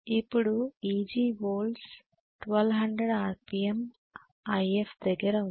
ఇప్పుడు Eg volts 1200 RPM If దగ్గర ఉంది